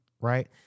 Right